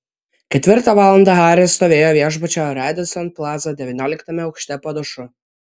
ketvirtą valandą haris stovėjo viešbučio radisson plaza devynioliktame aukšte po dušu